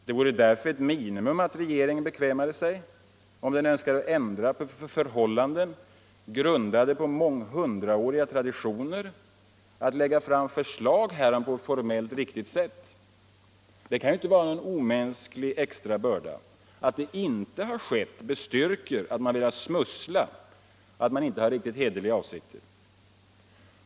Det vore därför ett minimum att regeringen bekvämade sig, om den önskade ändra på förhållanden grundade i månghundraåriga traditioner, att lägga fram förslag härom på ett formellt riktigt sätt. Det kan inte vara någon omänsklig extra börda. Att så inte skett bestyrker att man velat smussla, att man inte har riktigt hederliga avsikter.